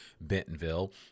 Bentonville